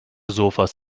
sofas